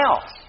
else